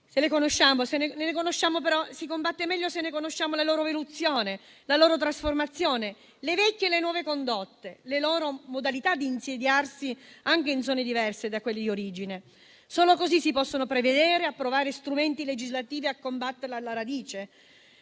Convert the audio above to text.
la più preparata e competente - se ne conosciamo la loro evoluzione, la loro trasformazione, le vecchie e nuove condotte, la modalità di insediarsi anche in zone diverse da quelle di origine. Solo così si possono prevedere e approvare strumenti legislativi per combatterla alla radice.